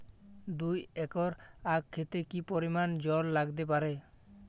দুই একর আক ক্ষেতে কি পরিমান জল লাগতে পারে?